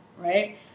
right